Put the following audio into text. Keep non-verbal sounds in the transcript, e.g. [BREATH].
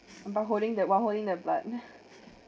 but holding the while holding the blood [BREATH]